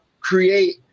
create